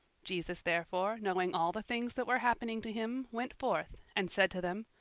jesus therefore, knowing all the things that were happening to him, went forth, and said to them,